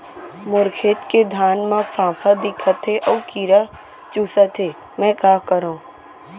मोर खेत के धान मा फ़ांफां दिखत हे अऊ कीरा चुसत हे मैं का करंव?